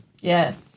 Yes